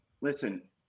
Listen